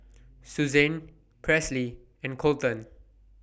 Susanne Presley and Colton